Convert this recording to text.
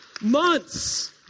Months